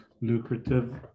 lucrative